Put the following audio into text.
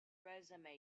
resume